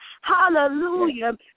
hallelujah